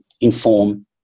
inform